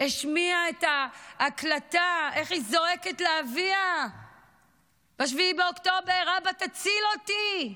השמיעה את ההקלטה איך היא זועקת לאביה ב-7 באוקטובר: אבא תציל אותי.